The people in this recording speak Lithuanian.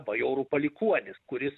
bajorų palikuonis kuris